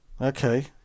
Okay